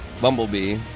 Bumblebee